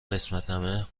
قسمتمه